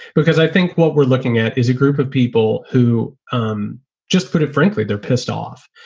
because i think what we're looking at is a group of people who um just put it frankly, they're pissed off.